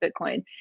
Bitcoin